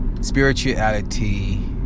spirituality